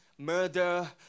Murder